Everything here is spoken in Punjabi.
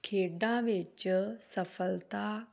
ਖੇਡਾਂ ਵਿੱਚ ਸਫਲਤਾ